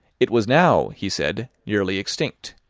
it was now, he said, nearly extinct,